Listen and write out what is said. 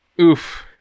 Oof